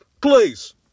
Please